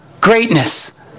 Greatness